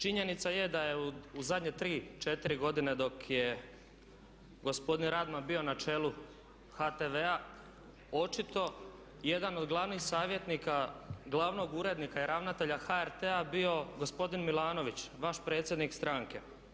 Činjenica je da je u zadnje tri, četiri godine dok je gospodin Radman bio na čelu HTV-a očito jedan od glavnih savjetnika glavnog urednika i ravnatelja HRT-a bio gospodin Milanović, vaš predsjednik stranke.